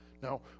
Now